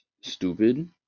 stupid